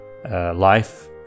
Life